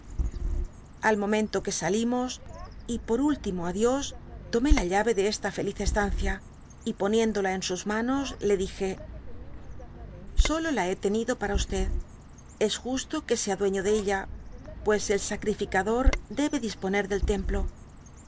al momento que salimos y por último dios tomé la llave de esta feliz estancia y poniéndola en sus manos le dije solo la hé tenido para vj es justo que dby google sea dueño de ella pues el sacrifícador debe disponer del templo